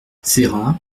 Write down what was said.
serra